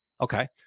Okay